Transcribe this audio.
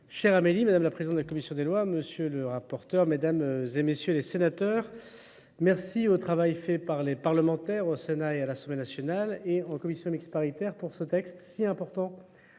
cher Amélie, Madame la Présidente de la Commission des lois, Monsieur le rapporteur, Mesdames et Messieurs les sénateurs, merci au travail fait par les parlementaires, au Sénat et à l'Assemblée nationale et en Commission exparitaire pour ce texte si important.